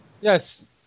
Yes